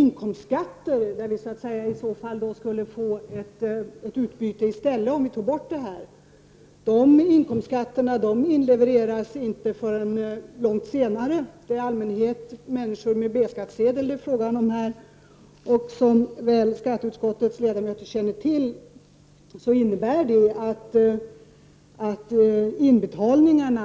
Inkomstskatterna, som i det här fallet skulle ge ett alternativt inkomstflöde om omsättningsskatten togs bort, levereras däremot inte förrän långt senare. Det är därvid i allmänhet fråga om personer med B-skattsedel, och som skatteutskottets ledamöter känner till kommer deras inbetalningar